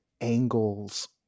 angles